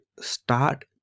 start